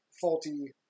faulty